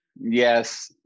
Yes